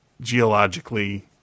geologically